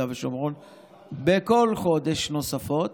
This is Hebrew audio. בכל חודש נוספות,